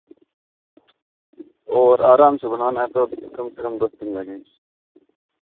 और आराम से बनाना तो कम से कम दस दिन लगेंगे